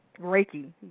Reiki